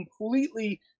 completely